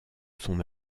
son